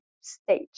stage